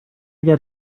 get